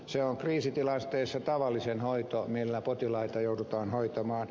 se on kriisitilanteessa tavallisin hoito jolla potilaita joudutaan hoitamaan